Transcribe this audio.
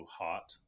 hot